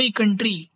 country